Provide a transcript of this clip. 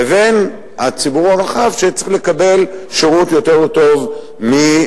לבין הציבור הרחב שצריך לקבל שירות יותר טוב מהממשל,